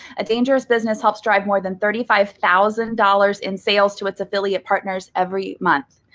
a dangerous business helps drive more than thirty five thousand dollars in sales to its affiliate partners every month.